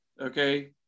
okay